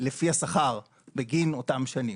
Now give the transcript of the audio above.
לפי השכר בגין אותן שנים,